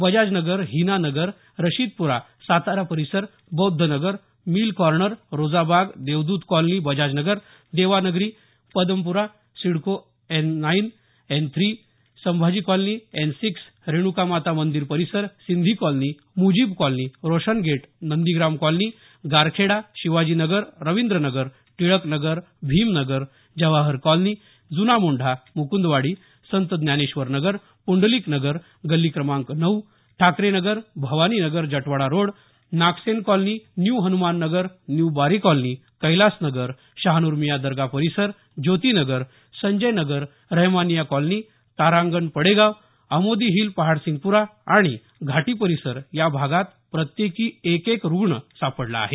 बजाजनगर हिना नगर रशीदपुरा सातारा परिसर Baudh Nagar mill corner Roza Bagh Devdut colony Bajajnagar Devanagari Padampura CIDCO CIDCO N nine N three Sambhaji colony N six Renuka Mata मंदिर परिसर Sindhi colony Mujib colony Roshan gate Nandigram colony Garkheda Shivaji Nagar Ravindra Nagar Tilaknagar Bhimnagar Jawahar colony Juna Mondha Mukundwadi Sant Dnyaneshwar Nagar Pundlik Nagar गल्ली क्रमांक नऊ Thackeray Nagar Bhavani Nagar Jatwada road Nagsen colony new Hanuman नगर न्यू बारी कॉलनी कैलास नगर शहानूरमियाँ दर्गा परिसर ज्योती नगर संजय नगर रहेमानिया कॉलनी तारांगण पडेगाव अमोदी हिल पहाडसिंगपूरा आणि घाटी परिसर या भागात प्रत्येकी एकेक रुग्ण सापडला आहे